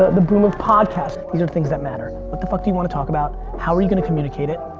the boom of podcasts. these are things that matter. what the fuck do you wanna talk about? how are you gonna communicate it,